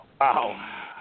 Wow